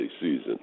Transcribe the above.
season